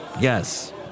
Yes